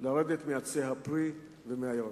לרדת מעצי הפרי ומהירקות.